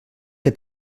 que